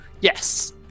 Yes